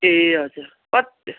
ए हजुर कत्